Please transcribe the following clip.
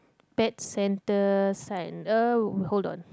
back centre side uh hold on